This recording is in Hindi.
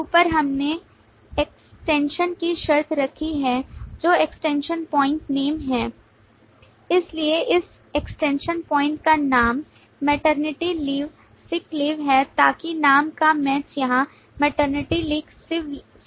ऊपर हमने एक्सटेंशन की शर्त रखी है जो एक्सटेंशन पॉइंट नेम है इसलिए इस एक्सटेंशन पॉइंट का नाम मैटरनिटी लीव सिक लीव है ताकि नाम का मैच यहां मैटरनिटी लीव सिक लीव हो जाए